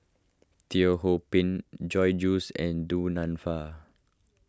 Teo Ho Pin Joyce Jue and Du Nanfa